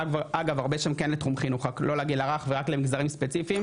אגב הרבה שם כן לתחום חינוך רק לא לגיל הרך ורק למגזרים ספציפיים.